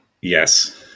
Yes